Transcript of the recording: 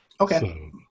Okay